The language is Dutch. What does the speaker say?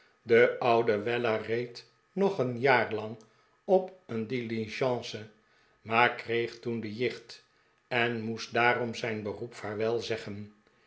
de oude weller reed nog een jaar lang op een diligence maar kreeg toen de jicht en moest daarom zijn beroep vaarwel zeggen